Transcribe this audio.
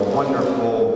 wonderful